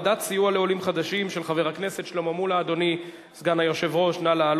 בעד ההצעה, 17, נגדה, 29, אין